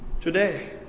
today